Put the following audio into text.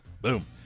Boom